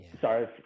sorry